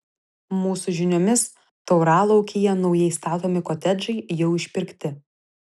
mūsų žiniomis tauralaukyje naujai statomi kotedžai jau išpirkti